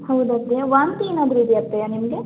ಹೌದಾ ಪ್ರಿಯಾ ವಾಂತಿ ಏನಾದ್ರೂ ಇದೆಯಾ ಪ್ರಿಯ ನಿಮಗೆ